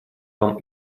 вам